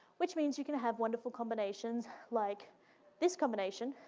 which means you can have wonderful combinations like this combination,